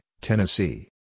Tennessee